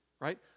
right